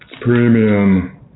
Premium